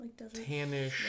tannish